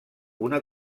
una